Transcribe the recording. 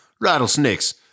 rattlesnakes